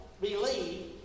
believe